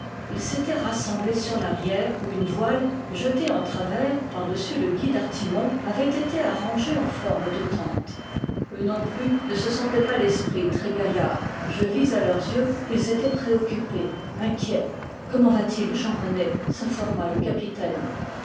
ils s'étaient rassemblés sur l'arrière où une voile jetée en travers par-dessus le gui d'artimon avait été arrangée en forme de tente eux non plus ne se sentaient pas l'esprit très gaillard je vis à leurs yeux qu'ils étaient préoccupés inquiets comment va-t-il jean rené s'informa le capitaine